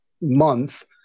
month